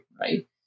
right